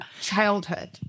childhood